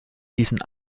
diesen